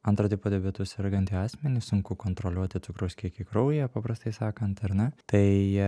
antro tipo diabetu sergantį asmenį sunku kontroliuoti cukraus kiekį kraujyje paprastai sakant ar ne tai